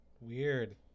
Weird